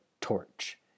TORCH